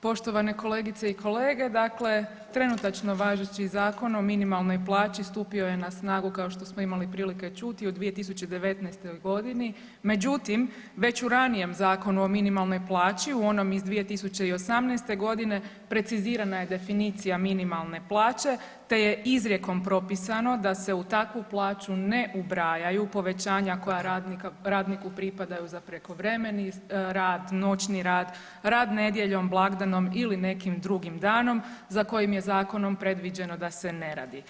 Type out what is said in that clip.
poštovane kolegice i kolege, dakle trenutačno važeći Zakon o minimalnoj plaći stupio je na snagu kao što smo imali prilike čuti u 2019. godini, međutim već u ranijem Zakonu o minimalnoj plaći u onom iz 2018. godine precizirana je definicija minimalne plaće te je izrijekom propisano da se u takvu plaću ne ubrajaju povećanja koja radniku pripadaju za prekovremeni rad, noćni rad, rad nedjeljom, blagdanom ili nekim drugim danom za kojim je zakonom predviđeno da se ne radi.